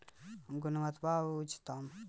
गुणवत्ता क उच्चतम स्तर कउना श्रेणी क बीज मे होला?